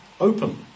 open